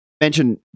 mention